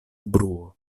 bruo